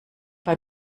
bei